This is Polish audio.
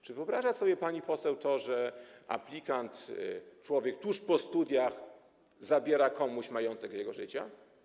Czy wyobraża sobie pani poseł to, że aplikant, człowiek tuż po studiach, zabiera komuś majątek jego życia?